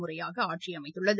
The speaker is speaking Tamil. முறையாக ஆட்சி அமைத்துள்ளது